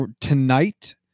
tonight